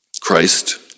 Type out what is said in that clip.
Christ